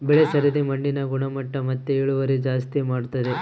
ಬೆಳೆ ಸರದಿ ಮಣ್ಣಿನ ಗುಣಮಟ್ಟ ಮತ್ತೆ ಇಳುವರಿ ಜಾಸ್ತಿ ಮಾಡ್ತತೆ